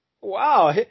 Wow